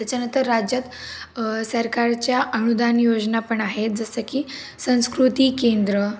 त्याच्यानंतर राज्यात सरकारच्या अनुदान योजना पण आहेत जसं की संस्कृती केंद्र